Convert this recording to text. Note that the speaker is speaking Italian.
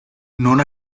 non